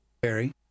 Barry